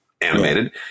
animated